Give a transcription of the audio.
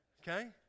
okay